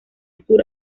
sur